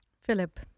Philip